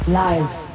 live